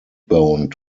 bone